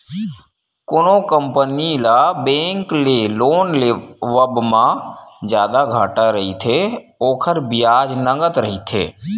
कोनो कंपनी ल बेंक ले लोन लेवब म जादा घाटा रहिथे, ओखर बियाज नँगत रहिथे